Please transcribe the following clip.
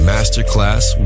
Masterclass